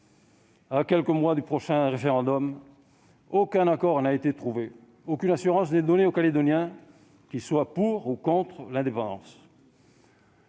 À quelques mois du prochain référendum, aucun accord n'a été trouvé. Aucune assurance n'est donnée aux Calédoniens, qu'ils soient pour ou contre l'indépendance.